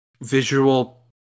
visual